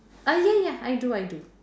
uh ya ya I do I do